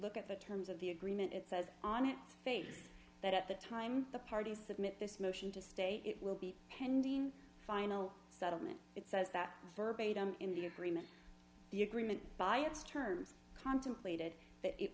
look at the terms of the agreement it says on its face that at the time the parties submit this motion to stay it will be pending final settlement it says that for begum in the agreement the agreement by its terms contemplated that it